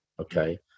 okay